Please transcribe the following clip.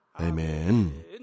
Amen